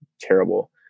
terrible